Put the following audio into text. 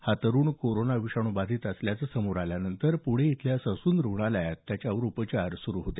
हा तरुण कोरोना विषाणू बाधित असल्याचं पुढे आल्यानंतर पुणे इथल्या ससून रूग्णालयात त्याच्यावर उपचार सुरू होते